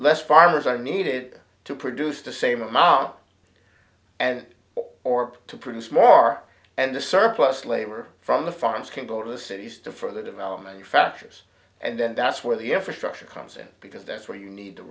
less farmers are needed to produce the same amount and or to produce more and the surplus labor from the farms can go to the cities to further development factors and then that's where the infrastructure comes in because that's where you need the